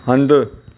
हंधि